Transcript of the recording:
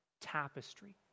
tapestry